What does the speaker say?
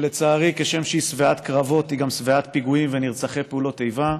שלצערי כשם שהיא שבעת קרבות היא גם שבעת פיגועים ונרצחי פעולות איבה.